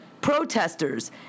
Protesters